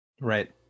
Right